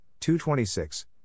226